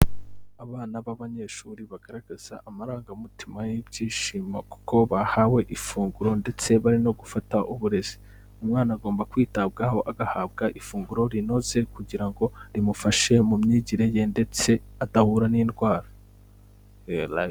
Abana b'abanyeshuri bagaragaza amarangamutima y'ibyishimo kuko bahawe ifunguro ndetse bari no gufata uburezi. Umwana agomba kwitabwaho agahabwa ifunguro rinoze kugira ngo rimufashe mu myigire ye ndetse adahura n'indwara.